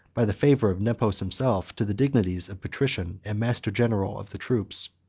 by the favor of nepos himself, to the dignities of patrician, and master-general of the troops.